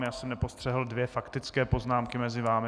Já jsem nepostřehl dvě faktické poznámky mezi vámi.